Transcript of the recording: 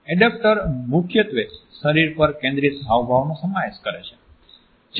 adapter મુખ્યત્વે શરીર પર કેન્દ્રિત હાવભાવનો સમાવેશ કરે છે